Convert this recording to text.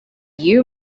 you